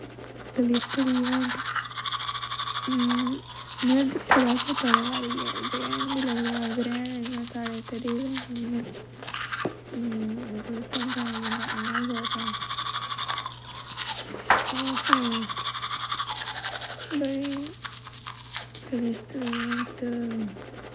celestial event में दिक्खे दा ते बड़े बारी ऐ ग्रैह्न बी लगदा ग्रैह्न साढ़ै इत्थें दिखदे निं हैन गलत होंदा बंदा अन्ना होई सकदा फ्ही बड़ी कलिस्टल इवेंट